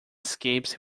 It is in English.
escapes